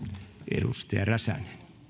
edustaja räsänen